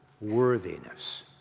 worthiness